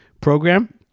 program